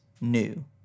new